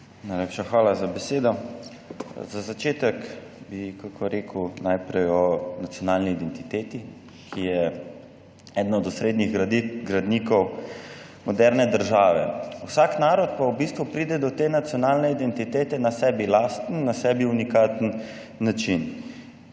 Najlepša hvala za besedo. Za začetek bi rekel najprej kakšno o nacionalni identiteti, ki je eden od osrednjih gradnikov moderne države. Vsak narod pa v bistvu pride do te nacionalne identitete na sebi lasten, na sebi unikaten način.